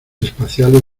espaciales